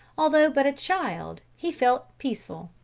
although but a child he felt peaceful,